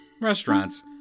restaurants